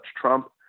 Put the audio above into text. Trump